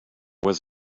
was